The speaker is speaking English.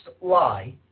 lie